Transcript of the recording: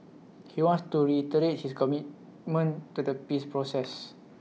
he wants to reiterate his commitment to the peace process